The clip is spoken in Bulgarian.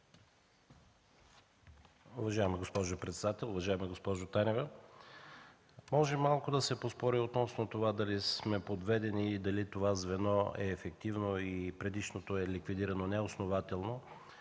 Уважаема госпожо председател! Уважаема госпожо Танева, може малко да се поспори относно това дали сме подведени и дали това звено е ефективно и предишното е било ликвидирано неоснователно.